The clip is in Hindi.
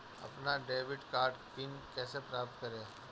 अपना डेबिट कार्ड पिन कैसे प्राप्त करें?